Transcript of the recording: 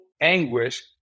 anguish